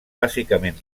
bàsicament